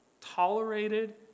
tolerated